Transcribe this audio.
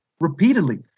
repeatedly